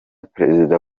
perezida